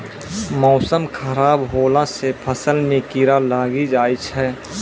मौसम खराब हौला से फ़सल मे कीड़ा लागी जाय छै?